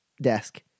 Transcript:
desk